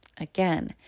Again